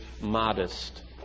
modest